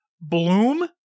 Bloom